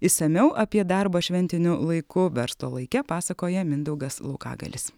išsamiau apie darbą šventiniu laiku verslo laike pasakoja mindaugas laukagalis